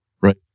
Right